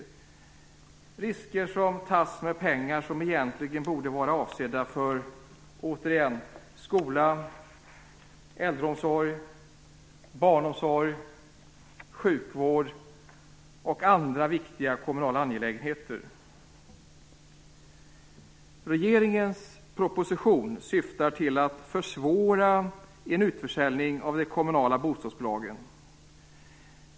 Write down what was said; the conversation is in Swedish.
Det är risker som tas med pengar som egentligen borde vara avsedda för skola, äldreomsorg, barnomsorg, sjukvård och andra viktiga kommunala angelägenheter. Regeringens propositionen syftar till att försvåra en utförsäljning av de kommunala bostadsbolagen.